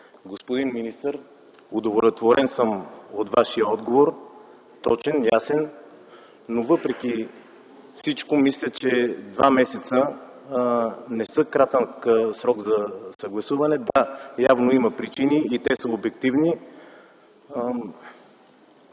Господин министър, удовлетворен съм от Вашия отговор – точен, ясен, но въпреки всичко мисля, че два месеца не са кратък срок за съгласуване. Да, явно има причини и те са обективни.